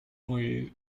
louis